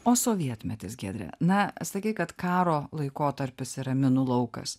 o sovietmetis giedre na sakei kad karo laikotarpis yra minų laukas